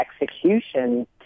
execution